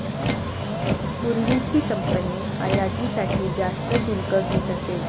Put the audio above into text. पूर्वीची कंपनी आयातीसाठी जास्त शुल्क घेत असे